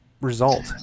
result